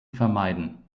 vermeiden